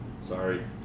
Sorry